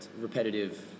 repetitive